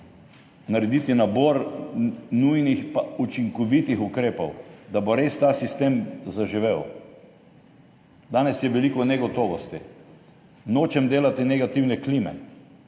narediti nabor nujnih, učinkovitih ukrepov, da bo res ta sistem zaživel. Danes je veliko negotovosti. Nočem delati negativne klime,